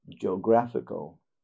geographical